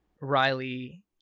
Riley